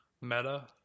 Meta